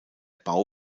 bau